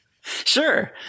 Sure